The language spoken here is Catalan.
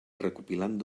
recopilant